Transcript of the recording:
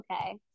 okay